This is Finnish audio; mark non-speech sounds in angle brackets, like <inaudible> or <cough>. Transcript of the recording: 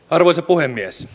<unintelligible> arvoisa puhemies <unintelligible>